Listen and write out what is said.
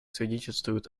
свидетельствуют